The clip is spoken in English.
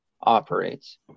operates